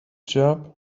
job